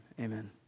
amen